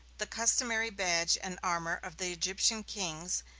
the customary badge and armor of the egyptian kings,